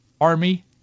Army